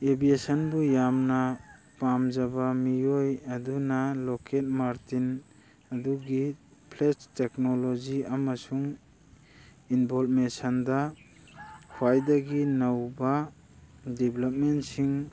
ꯑꯦꯕꯤꯌꯦꯁꯟꯕꯨ ꯌꯥꯝꯅ ꯄꯥꯝꯖꯕ ꯃꯤꯑꯣꯏ ꯑꯗꯨꯅ ꯂꯣꯀꯦꯠ ꯃꯥꯔꯇꯤꯟ ꯑꯗꯨꯒꯤ ꯐ꯭ꯂꯦꯁ ꯇꯦꯛꯅꯣꯂꯣꯖꯤ ꯑꯃꯁꯨꯡ ꯏꯟꯕꯣꯜꯃꯦꯁꯟꯗ ꯈ꯭ꯋꯥꯏꯗꯒꯤ ꯅꯧꯕ ꯗꯤꯕꯂꯞꯃꯦꯟꯁꯤꯡ